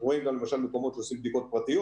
אנחנו רואים למשל מקומות שעושים בדיקות פרטיות